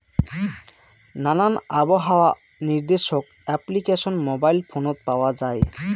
নানান আবহাওয়া নির্দেশক অ্যাপ্লিকেশন মোবাইল ফোনত পাওয়া যায়